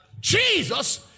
Jesus